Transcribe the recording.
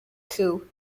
coup